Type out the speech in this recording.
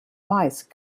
mice